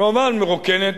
כמובן מרוקנת,